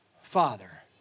father